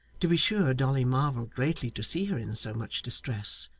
to be sure dolly marvelled greatly to see her in so much distress,